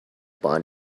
bond